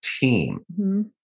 team